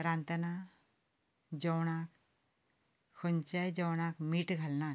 रांदतना जेवणाक खंयचेय जेवणाक मीठ घालनात